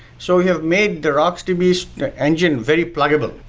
so we have made the rocksdb's engine very pluggable,